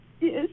Yes